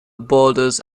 borders